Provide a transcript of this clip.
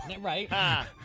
Right